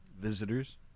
visitors